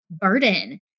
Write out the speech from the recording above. burden